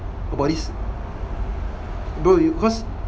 about this bro yo~ cause